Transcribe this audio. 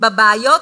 בבעיות,